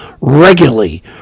regularly